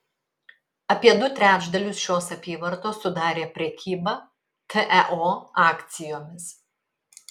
apie du trečdalius šios apyvartos sudarė prekyba teo akcijomis